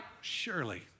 surely